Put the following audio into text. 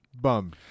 bum